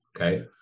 okay